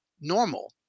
normal